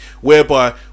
whereby